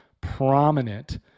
prominent